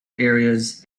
areas